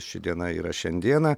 ši diena yra šiandieną